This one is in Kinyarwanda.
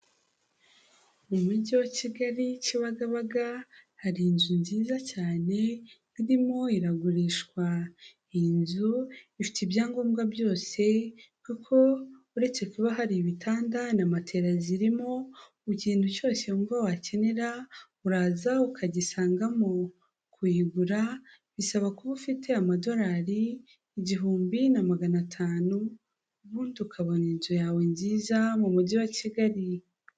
Mu mujyi wa Kigali Kibagabaga, hari inzu nziza cyane irimo iragurishwa, iyi nzu ifite ibyangombwa byose kuko uretse kuba hari ibitanda na matela zirimo, ikintu cyose wumva wakenera uraza ukagisangamo, kuyigura bisaba kuba ufite amadorari igihumbi na magana atanu ubundi ukabona inzu yawe nziza mu mujyi wa Kigali.